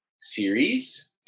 series